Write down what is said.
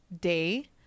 day